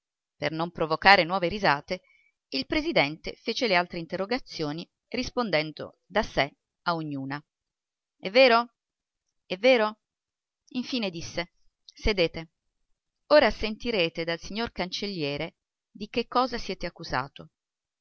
per non provocare nuove risate il presidente fece le altre interrogazioni rispondendo da sé a ognuna è vero è vero infine disse sedete ora sentirete dal signor cancelliere di che cosa siete accusato